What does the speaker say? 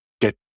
get